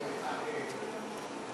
משפחה,